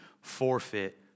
forfeit